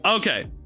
Okay